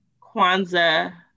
Kwanzaa